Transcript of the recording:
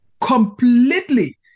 completely